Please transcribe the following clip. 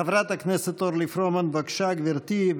חברת הכנסת אורלי פרומן, בבקשה, גבירתי.